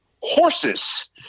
horses